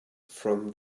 from